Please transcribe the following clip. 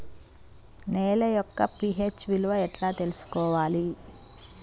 నేల యొక్క పి.హెచ్ విలువ ఎట్లా తెలుసుకోవాలి?